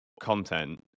content